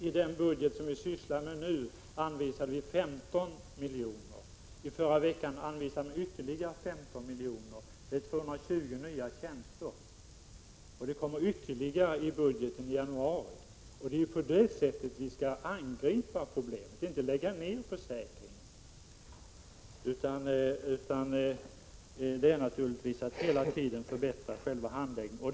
I den budget som det handlar om nu anvisade vi 15 milj.kr. I förra veckan anvisades ytterligare 15 milj.kr. Det gäller 220 nya tjänster. Och det kommer ytterligare medel i budgeten i januari. Det är på det sättet som vi skall angripa problemen — inte genom att lägga ned försäkringen. Det gäller naturligtvis att hela tiden förbättra själva handläggningen.